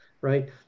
right